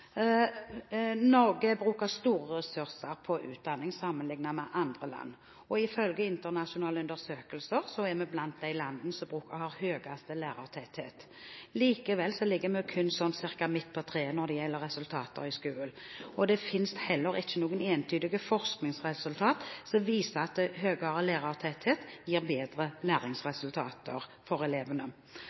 Norge bruker store ressurser på utdanning sammenlignet med andre land. Ifølge internasjonale undersøkelser er vi blant de landene som har høyest lærertetthet. Likevel ligger vi kun midt på treet når det gjelder resultater i skolen. Det finnes heller ikke noen entydige forskningsresultat som viser at høyere lærertetthet gir bedre læringsresultater for elevene.